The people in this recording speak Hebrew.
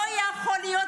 לא יכול להיות